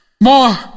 more